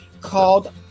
called